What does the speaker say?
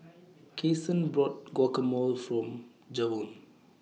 Kasen bought Guacamole For Javon